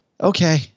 okay